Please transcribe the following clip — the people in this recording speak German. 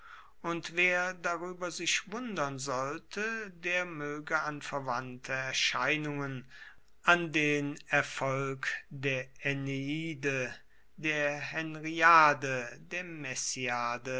und wer darueber sich wundern sollte der moege an verwandte erscheinungen an den erfolg der